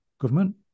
government